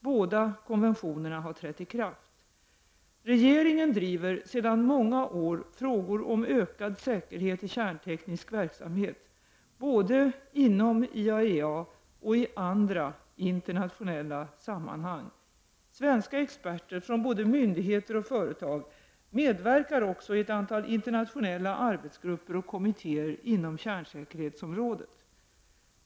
Båda konventionerna har trätt i kraft. Regeringen driver sedan många år frågor om ökad säkerhet i kärnteknisk verksamhet, både inom IAEA och i andra internationella sammanhang. Svenska experter, från både myndigheter och företag, medverkar också i ett antal internationella arbetsgrupper och kommittéer inom kärnsäkerhetsområdet.